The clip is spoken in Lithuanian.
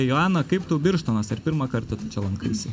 joana kaip tau birštonas ar pirmą kartą tu čia lankaisi